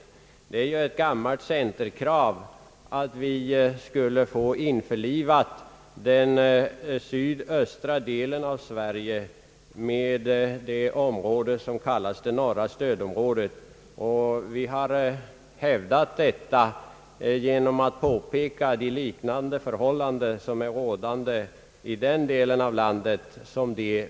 Det är ju ett gammalt centerkrav att den sydöstra delen av Sverige skulle införlivas med det område som kallas det norra stödområdet. Vi har hävdat detta genom att påpeka likheten mellan förhållandena i sydöstra Sverige och dem som råder i norr.